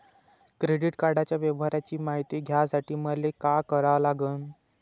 Credit कार्डाच्या व्यवहाराची मायती घ्यासाठी मले का करा लागन?